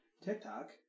TikTok